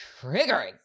triggering